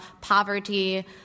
Poverty